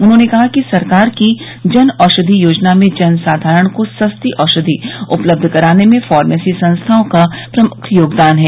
उन्होंने कहा कि सरकार की जन औषधि योजना में जन साधारण को सस्ती औषधि उपलब्ध कराने में फार्मेसी संस्थाओं का प्रमुख योगदान है